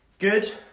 Good